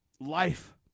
Life